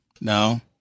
No